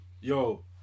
Yo